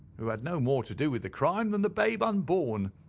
who had no more to do with the crime than the babe unborn.